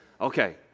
Okay